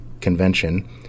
convention